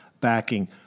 backing